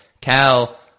Cal